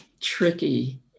tricky